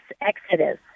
exodus